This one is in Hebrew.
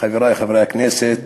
חברי חברי הכנסת,